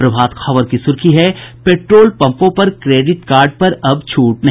प्रभात खबर की सुर्खी है पेट्रोल पंपों पर क्रेडिट कार्ड पर अब छूट नहीं